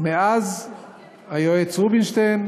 מאז היועץ רובינשטיין,